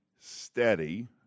steady